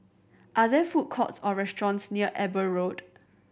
are there food courts or restaurants near Eber Road